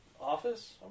office